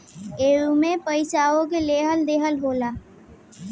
एईमे पइसवो के लेहल दीहल होला